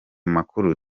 makuru